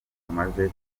kamaze